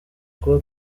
kuba